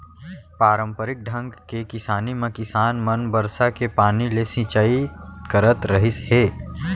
पारंपरिक ढंग के किसानी म किसान मन बरसा के पानी ले सिंचई करत रहिस हे